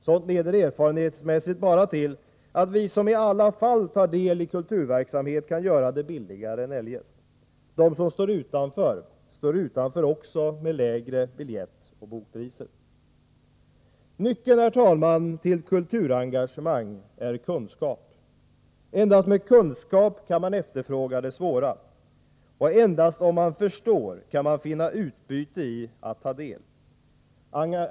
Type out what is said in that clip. Sådant leder erfarenhetsmässigt bara till att vi som i alla fall tar del i kulturverksamhet kan göra det billigare än eljest. De som står utanför står utanför också med lägre biljettoch bokpriser. Nyckeln, herr talman, till kulturengagemang är kunskap. Endast med kunskap kan man efterfråga det svåra. Och endast om man förstår kan man finna utbyte i att ta del.